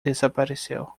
desapareceu